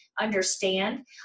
understand